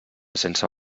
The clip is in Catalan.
sense